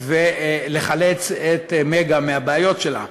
ולחלץ את "מגה" מהבעיות שלה?